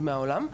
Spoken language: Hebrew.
וגם מהעולם.